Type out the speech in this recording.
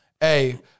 Hey